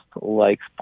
likes